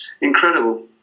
incredible